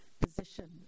position